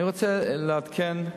אני רוצה לעדכן את